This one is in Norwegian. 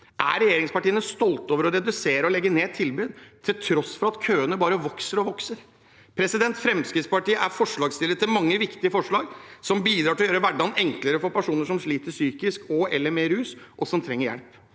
Er regjeringspartiene stolte over å redusere og legge ned tilbud til tross for at køene bare vokser og vokser? Fremskrittspartiet er forslagsstillere bak mange viktige forslag som vil bidra til å gjøre hverdagen enklere for personer som sliter psykisk og/eller med rus og trenger hjelp.